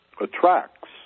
attracts